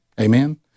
Amen